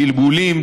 בלבולים,